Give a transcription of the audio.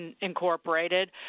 incorporated